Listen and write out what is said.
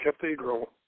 Cathedral